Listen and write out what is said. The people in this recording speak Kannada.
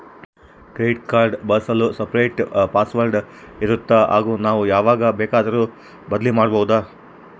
ಕ್ರೆಡಿಟ್ ಕಾರ್ಡ್ ಬಳಸಲು ಸಪರೇಟ್ ಪಾಸ್ ವರ್ಡ್ ಇರುತ್ತಾ ಹಾಗೂ ನಾವು ಯಾವಾಗ ಬೇಕಾದರೂ ಬದಲಿ ಮಾಡಬಹುದಾ?